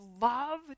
love